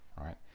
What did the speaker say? right